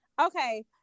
Okay